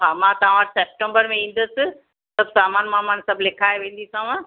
हा हा मां तहां वटि सेप्टेम्बर में ईंदसि सभु सामान वामान सभु लिखाए वेंदीसांव